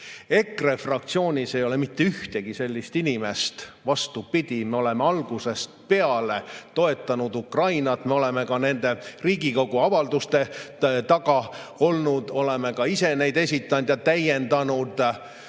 EKRE fraktsioonis ei ole mitte ühtegi sellist inimest. Vastupidi, me oleme algusest peale toetanud Ukrainat, me oleme ka nende Riigikogu avalduste taga olnud, oleme ka ise neid esitanud ja täiendanud. Ja